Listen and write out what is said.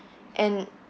and